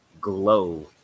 glow